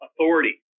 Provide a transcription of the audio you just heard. authority